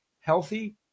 healthy